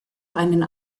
einen